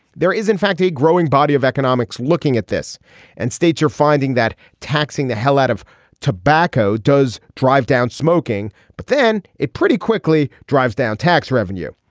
there is in fact a growing body of economics looking at this and states are finding that taxing the hell out of tobacco does drive down smoking. but then it pretty quickly drives down tax revenue.